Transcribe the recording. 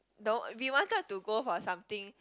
no we wanted to go for something